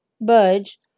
budge